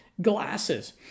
glasses